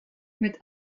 mit